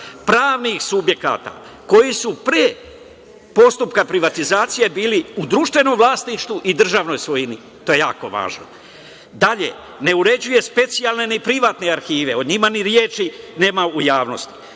pravnih subjekata koji su pre postupka privatizacije bili u društvenom vlasništvu i državnoj svojini, to je jako važno. Dalje, ne uređuje specijalne ni privatne arhive, o njima ni reči nema u javnosti,